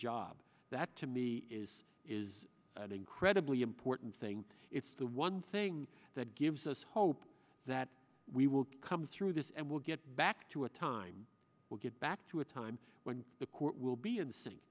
job that to me is is an incredibly important thing it's the one thing that gives us hope that we will come through this and we'll get back to a time we'll get back to a time when the court will be in sync